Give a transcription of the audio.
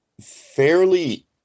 fairly